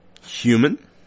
human